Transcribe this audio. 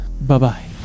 bye-bye